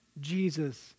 Jesus